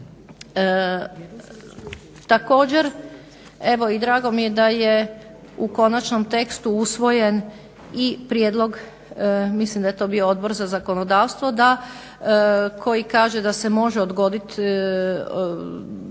Također, evo i drago mi je da je u konačnom tekstu usvojen i prijedlog mislim da je to bio Odbor za zakonodavstvo koji kaže da se može odgoditi